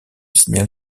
signal